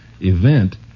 event